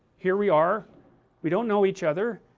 here we are we don't know each other,